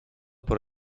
por